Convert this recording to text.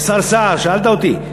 השר סער, שאלת אותי.